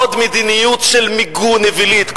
עוד מדיניות מיגון אווילית.